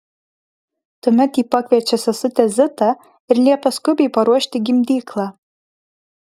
tuomet ji pakviečia sesutę zitą ir liepia skubiai paruošti gimdyklą